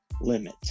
limit